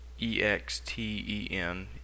exten